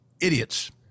idiots